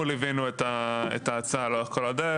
אנחנו ליווינו את ההצעה לאורך כל הדרך